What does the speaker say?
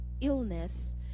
illness